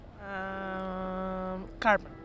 Carbon